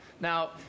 Now